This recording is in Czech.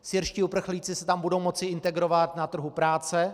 Syrští uprchlíci se tam budou moci integrovat na trhu práce.